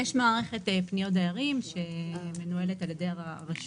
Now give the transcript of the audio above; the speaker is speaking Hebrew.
יש מערכת פניות דיירים שמנוהלת על ידי הרשות.